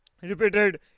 repeated